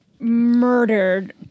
murdered